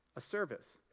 a service.